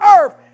earth